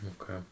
Okay